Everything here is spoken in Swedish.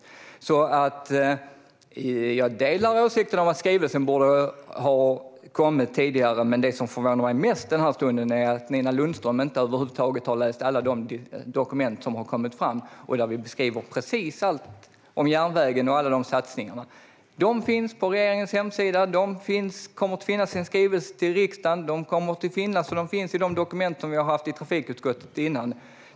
Jag delar alltså åsikten om att skrivelsen borde ha kommit tidigare, men det som förvånar mig mest i den här stunden är att Nina Lundström över huvud taget inte har läst alla de dokument som har kommit fram och där vi beskriver precis allt om järnvägen och alla satsningar. Det här finns på regeringens hemsida och kommer att finnas i en skrivelse till riksdagen. Det finns i de dokument som vi har haft i trafikutskottet tidigare.